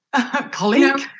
colleague